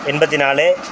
எண்பத்தி நாலு